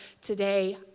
today